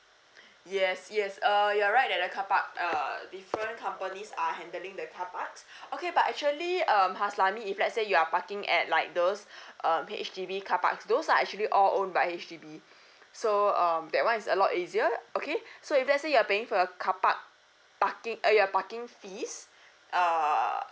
yes yes err you're right that the carpark uh different companies are handling the car parks okay but actually um haslami if let's say you are parking at like those uh H_D_B carparks those are actually all owned by H_D_B so um that one is a lot easier okay so if let's say you're paying for your carpark parking eh your parking fees err